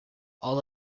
all